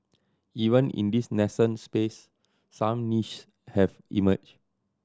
even in this nascent space some nich have emerged